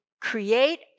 create